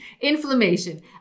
inflammation